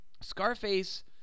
Scarface